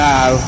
Now